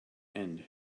end